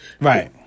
Right